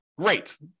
great